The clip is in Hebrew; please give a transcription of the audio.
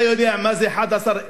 אתה יודע מה זה 11,000